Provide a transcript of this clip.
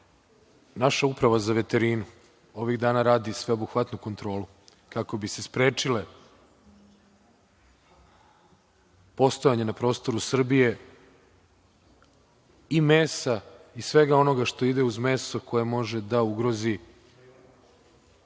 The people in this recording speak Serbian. Uprava za veterinu ovih dana radi sveobuhvatnu kontrolu kako bi se sprečile postojanje na prostoru Srbije i mesa i svega onoga što ide uz meso, koje može da ugrozi srpskog